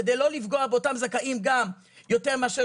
כדי לא לפגוע באותם זכאים גם יותר מאשר